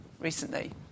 recently